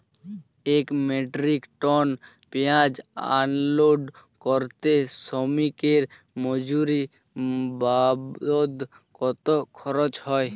এক metric ton পেঁয়াজ unload করতে শ্রমিকের মজুরি বাবদ কত খরচ হয়?